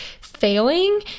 failing